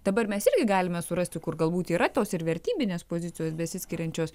dabar mes irgi galime surasti kur galbūt yra tos ir vertybinės pozicijos besiskiriančios